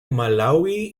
malaui